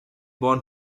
born